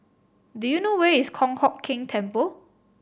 do you know where is Kong Hock Keng Temple